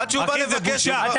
עד שהוא בא לבקש הורדנו אותו.